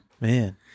man